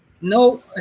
No